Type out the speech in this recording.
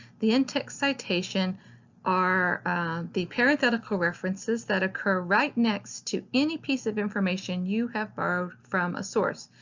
the in-text citations are the parenthetical references that occur right next to any piece of information you have borrowed from a source,